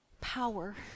power